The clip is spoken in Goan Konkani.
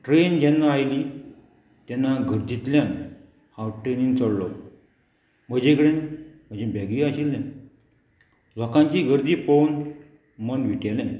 ट्रेन जेन्ना आयली तेन्ना गर्दींतल्यान हांव ट्रेनीन चडलो म्हजेकडेन म्हजे बॅगी आशिल्ले लोकांची गर्दी पोवन मन विटेले